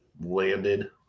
landed